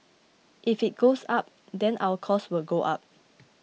if it goes up then our cost will go up